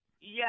Yes